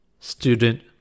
Student